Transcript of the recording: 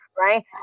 right